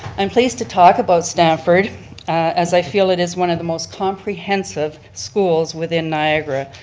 i'm pleased to talk about stamford as i feel it is one of the most comprehensive schools within niagara,